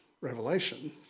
Revelation